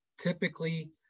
typically